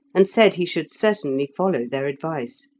and said he should certainly follow their advice.